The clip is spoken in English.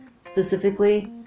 specifically